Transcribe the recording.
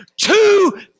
two